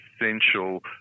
essential